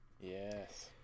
Yes